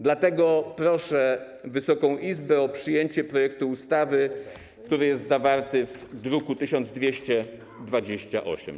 Dlatego proszę Wysoką Izbę o przyjęcie projektu ustawy, który jest zawarty w druku nr 1228.